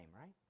right